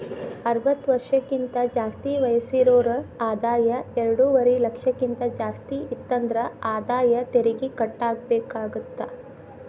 ಅರವತ್ತ ವರ್ಷಕ್ಕಿಂತ ಜಾಸ್ತಿ ವಯಸ್ಸಿರೋರ್ ಆದಾಯ ಎರಡುವರಿ ಲಕ್ಷಕ್ಕಿಂತ ಜಾಸ್ತಿ ಇತ್ತಂದ್ರ ಆದಾಯ ತೆರಿಗಿ ಕಟ್ಟಬೇಕಾಗತ್ತಾ